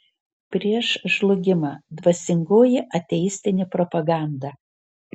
prieš žlugimą dvasingoji ateistinė propaganda